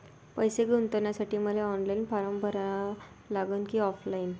पैसे गुंतन्यासाठी मले ऑनलाईन फारम भरा लागन की ऑफलाईन?